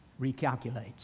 Recalculates